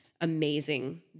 amazing